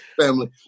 family